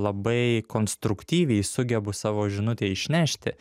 labai konstruktyviai sugebu savo žinutėj išnešti